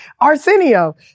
Arsenio